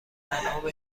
انعام